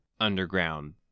underground